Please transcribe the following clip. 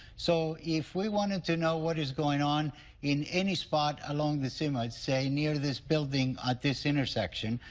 so if we wanted to know what's going on in any spot along this image, let's say near this building at this intersection,